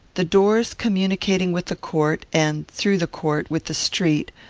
the doors communicating with the court, and, through the court, with the street,